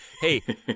hey